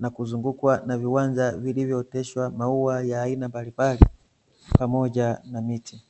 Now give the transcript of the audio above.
na kuzungukwa na viwanja vilivyooteshwa maua ya aina mbalimbali, pamoja na miti.